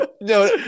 No